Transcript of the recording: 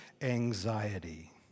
anxiety